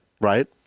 right